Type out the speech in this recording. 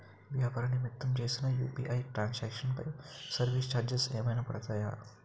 వ్యాపార నిమిత్తం చేసిన యు.పి.ఐ ట్రాన్ సాంక్షన్ పై సర్వీస్ చార్జెస్ ఏమైనా పడతాయా?